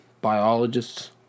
biologists